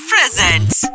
Presents